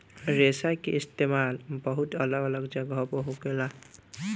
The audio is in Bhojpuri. रेशा के इस्तेमाल बहुत अलग अलग जगह पर होखेला